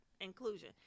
inclusion